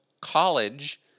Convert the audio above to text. college